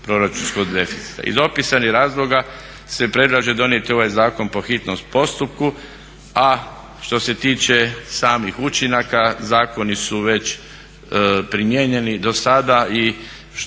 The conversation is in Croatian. proračunskog deficita. Iz opisanih razloga se predlaže donijeti ovaj zakon po hitnom postupku a što se tiče samih učinaka zakoni su već primijenjeni do sada i ono